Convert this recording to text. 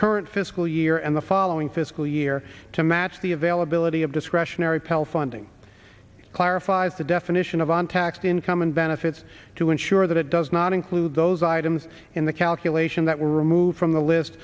current fiscal year and the following fiscal year to match the availability of discretionary pell funding clarifies the definition of untaxed income and benefits to ensure that it does not include those items in the calculation that were removed from the list